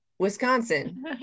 Wisconsin